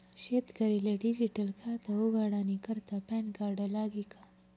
शेतकरीले डिजीटल खातं उघाडानी करता पॅनकार्ड लागी का?